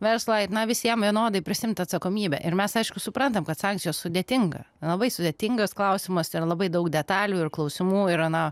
verslą ir na visiem vienodai prisiimt atsakomybę ir mes aišku suprantam kad sankcijos sudėtinga labai sudėtingas klausimas ir labai daug detalių ir klausimų yra na